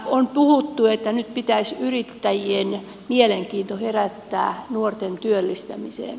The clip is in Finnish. on puhuttu että nyt pitäisi yrittäjien mielenkiinto herättää nuorten työllistämiseen